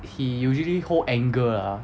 he usually hold anger lah